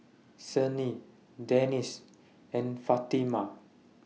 Senin Danish and Fatimah